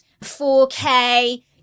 4K